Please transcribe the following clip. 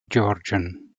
georgian